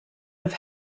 have